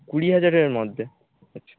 কুড়ি হাজারের মধ্যে হচ্ছে